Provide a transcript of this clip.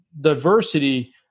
diversity